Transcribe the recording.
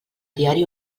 diari